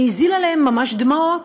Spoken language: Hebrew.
והזיל עליהם ממש דמעות.